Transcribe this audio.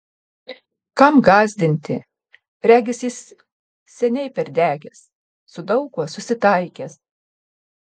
kam gąsdinti regis jis seniai perdegęs su daug kuo susitaikęs